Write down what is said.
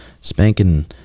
spanking